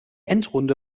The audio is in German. endrunde